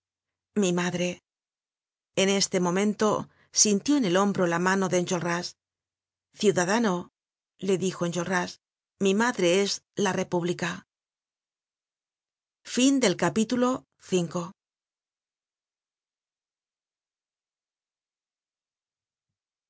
mi madre en este momento sintió en el hombro la mano de enjolras ciudadano le dijo enjolras mi madre es la república